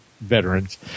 veterans